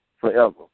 forever